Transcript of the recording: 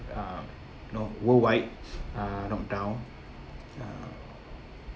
uh you know worldwide uh lockdown